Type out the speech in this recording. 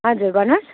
हजुर भन्नुहोस्